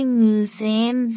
museum